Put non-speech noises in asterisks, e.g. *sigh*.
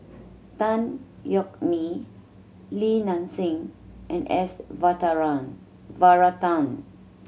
Tan Yeok Nee Li Nanxing and S *unintelligible* Varathan